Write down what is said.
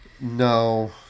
No